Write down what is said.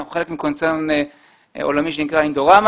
אנחנו חלק מקונצרן עולמי שנקרא אינידורמה